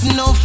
no